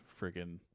friggin